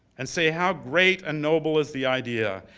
and say how great and noble is the idea,